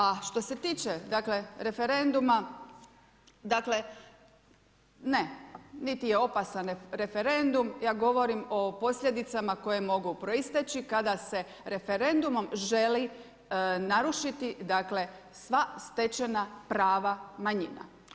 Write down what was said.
A što se tiče dakle referenduma, dakle ne, niti je opasan referendum, ja govorim o posljedicama koje mogu proisteći kada se referendumom želi narušiti dakle sva stečena prava manjina.